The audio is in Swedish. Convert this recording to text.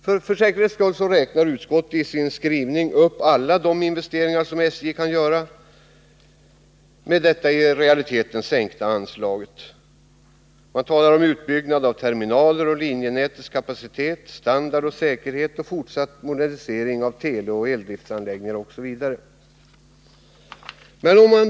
För säkerhets skull räknar man i utskottets skrivning upp alla de investeringar som SJ kan göra med detta i realiteten sänkta anslag: utbyggnad av terminaler och linjenätets kapacitet, standard och säkerhet och fortsatt modernisering av teleoch eldriftsanläggningarna osv.